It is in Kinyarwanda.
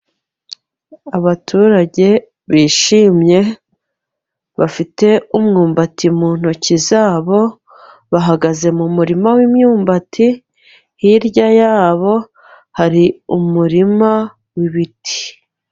Abaturage bishimye. Bafite umyumbati mu ntoki zabo. Bahagaze mu murima w'imyumbati hirya yabo hari umurima w'ibiti.